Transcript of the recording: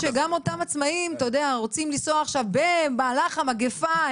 אני לא חושבת שאותם עצמאים רוצים לנסוע עכשיו במהלך המגפה.